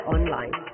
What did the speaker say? Online